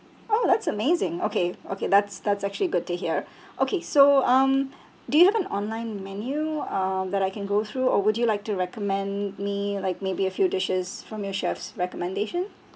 oh that's amazing okay okay that's that's actually good to hear okay so um do you have an online menu uh that I can go through or would you like to recommend me like maybe a few dishes from your chef's recommendation